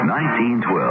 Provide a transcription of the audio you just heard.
1912